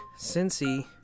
Cincy